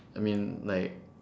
I mean like